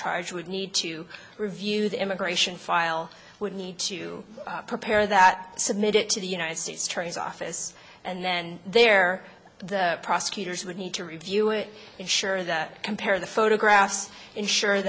charged would need to review the immigration file would need to prepare that submit it to the united states attorney's office and then there the prosecutors would need to review it ensure that compare the photographs ensure